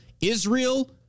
Israel